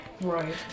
Right